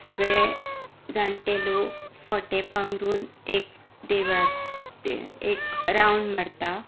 सगळें जाण्टे लोक फटें पांगरून एक देवळाक एक रावंड मारतात